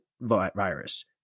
virus